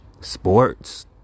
Sports